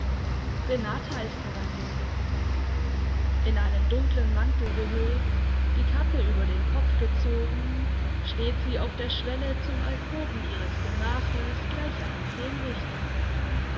renata ist hereingetreten in einen dunklen mantel gehüllt die kappe über den kopf gezogen steht sie auf der schwelle zum alkoven ihres gemaches gleich einem